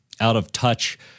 out-of-touch